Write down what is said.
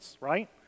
right